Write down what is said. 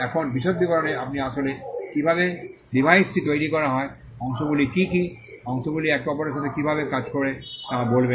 এখন বিশদ বিবরণে আপনি আসলে কীভাবে ডিভাইসটি তৈরি করা হয় অংশগুলি কী কী অংশগুলি একে অপরের সাথে কীভাবে কাজ করে তা বলবেন